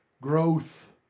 Growth